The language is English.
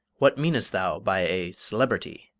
what meanest thou by a celebrity?